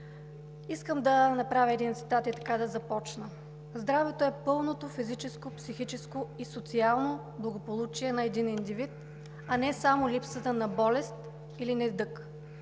Искам да направя един цитат и така да започна: „Здравето е пълното физическо, психическо и социално благополучие на един индивид, а не само липсата на болест или недъг.“